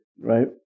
right